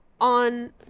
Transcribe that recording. on